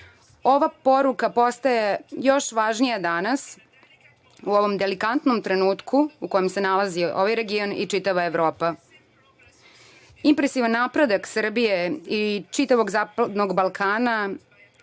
Ova poruka postaje još važnija danas u ovom delikatnom trenutku u kojem se nalazi ovaj region i čitava Evropa. Impresivan napredak Srbije i čitavog zapadnog Balkana